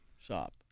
shop